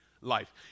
life